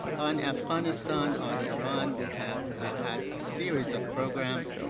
on afghanistan, on iran we have ah had a series of programs.